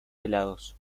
helados